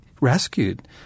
rescued